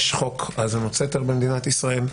יש חוק האזנות סתר במדינת ישראל,